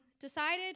decided